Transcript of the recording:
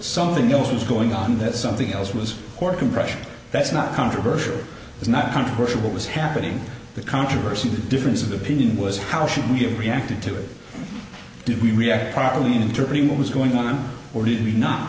something else was going on that something else was more compression that's not controversial it's not controversial what was happening the controversy the difference of opinion was how should we react to it do we react properly interpret what was going on or did we n